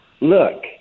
look